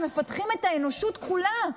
שמפתחים את האנושות כולה.